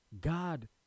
God